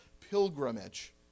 pilgrimage